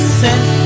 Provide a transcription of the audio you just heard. sent